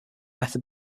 method